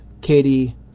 Katie